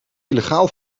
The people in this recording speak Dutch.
illegaal